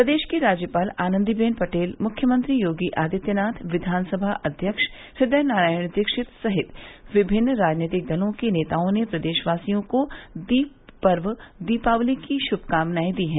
प्रदेश की राज्यपाल आनन्दीबेन पटेल मुख्यमंत्री योगी आदित्यनाथ विधानसभा अध्यक्ष हृदय नारायण दीक्षित सहित विभिन्न राजनैतिक दलों के नेताओं ने प्रदेशवासियों को दीप पर्व दीपावली की शुभकामनायें दी हैं